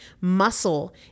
Muscle